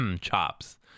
Chops